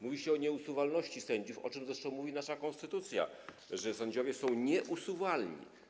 Mówi się o nieusuwalności sędziów, o czym zresztą mówi nasza konstytucja, czyli że sędziowie są nieusuwalni.